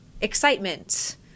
excitement